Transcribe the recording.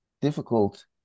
difficult